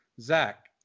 Zach